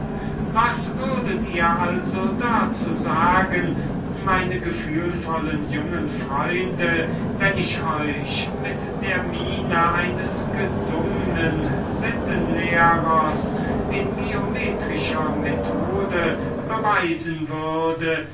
was würdet ihr also dazu sagen meine jungen freunde wenn ich euch mit der amts miene eines sittenlehrers auf der catheder in geometrischer methode beweisen würde